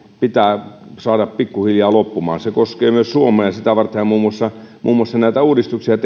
pitää saada pikkuhiljaa loppumaan se koskee myös suomea sitä vartenhan muun muassa tehdään näitä uudistuksia